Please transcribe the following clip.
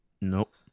Nope